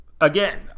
Again